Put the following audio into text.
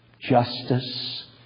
justice